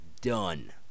done